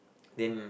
then